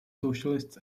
socialists